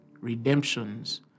redemptions